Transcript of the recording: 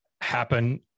happen